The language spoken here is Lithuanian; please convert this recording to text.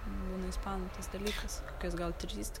būna ispanų tas dalykas kokios gal trys tik